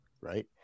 right